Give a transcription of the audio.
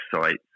sites